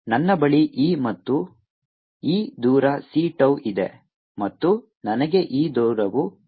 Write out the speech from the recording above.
ನನ್ನ ಬಳಿ E ಮತ್ತು ಈ ದೂರ c tau ಇದೆ ಮತ್ತು ನನಗೆ ಈ ದೂರವೂ ಬೇಕು